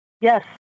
Yes